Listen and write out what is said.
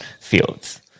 fields